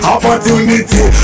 Opportunity